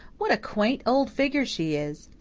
what a quaint old figure she is!